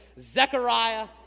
Zechariah